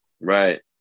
right